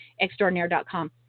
extraordinaire.com